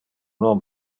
non